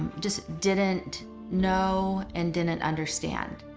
just didn't know and didn't understand.